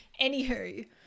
Anywho